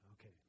Okay